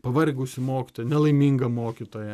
pavargusį mokytoją nelaimingą mokytoją